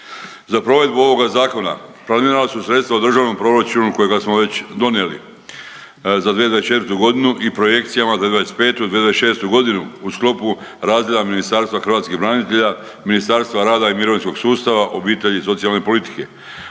Za provedbu ovoga zakona planirana su sredstva u državnom proračunu kojega smo već donijeli za 2024. i projekcijama za 2025., 2026.g. u sklopu razdjela Ministarstva hrvatskih branitelja, Ministarstva rada i mirovinskog sustava obitelji i socijalne politike.